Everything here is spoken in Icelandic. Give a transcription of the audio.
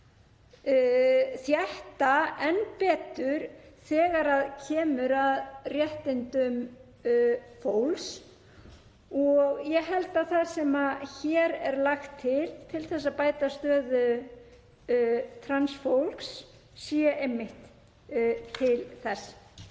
þétta enn betur þegar kemur að réttindum fólks og ég held að það sem hér er lagt til til að bæta stöðu trans fólks sé einmitt til þess.